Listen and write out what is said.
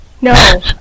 No